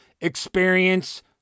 experience